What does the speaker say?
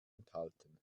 enthalten